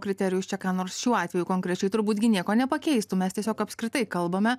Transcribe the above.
kriterijus čia nors šiuo atveju konkrečiai turbūt gi nieko nepakeistų mes tiesiog apskritai kalbame